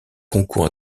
concours